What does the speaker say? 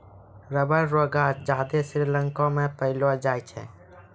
rubber रो गांछ ज्यादा श्रीलंका मे पैलो जाय छै